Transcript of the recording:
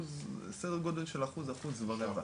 סדר גודל של אחוז, אחוז ורבע,